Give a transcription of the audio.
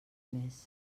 més